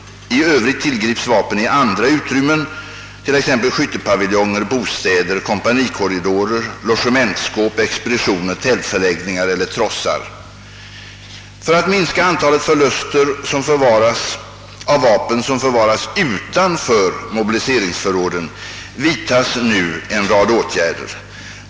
I övrigt tillgrips vapen i andra utrymmen, t.ex. skyttepaviljonger, bostäder, kompanikorridorer, logementsskåp, expeditioner, tältförläggningar eller trossar. För att minska antalet förluster av vapen som förvaras utanför mobiliseringsförråden vidtas nu en rad åtgärder.